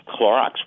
Clorox